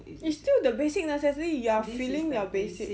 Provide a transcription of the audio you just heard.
it's still the basic necessity you are filling your basic